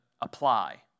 apply